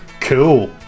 cool